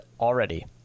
already